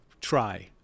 try